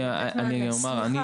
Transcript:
סליחה.